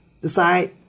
decide